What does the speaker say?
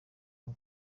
nko